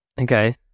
Okay